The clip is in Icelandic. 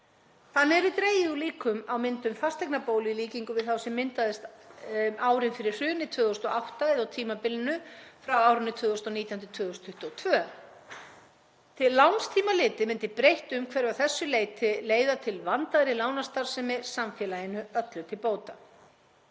Þannig yrði dregið úr líkum á myndun fasteignabólu í líkingu við þá sem myndaðist árin fyrir hrunið 2008 eða á tímabilinu 2019–2022. Til langs tíma litið myndi breytt umhverfi að þessu leyti leiða til vandaðri lánastarfsemi samfélaginu öllu til bóta.